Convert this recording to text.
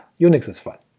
unix is fun!